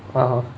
(uh huh)